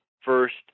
first